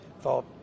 thought